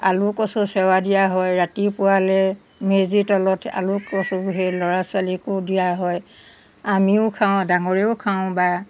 আলু কচু চেৱা দিয়া হয় ৰাতিপুৱালৈ মেজি তলত আলু কচুবোৰ সেই ল'ৰা ছোৱালীকো দিয়া হয় আমিও খাওঁ ডাঙৰেও খাওঁ বা